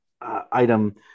item